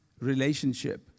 relationship